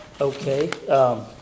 Okay